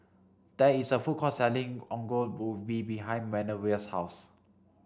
there is a food court selling Ongol Ubi behind Manervia's house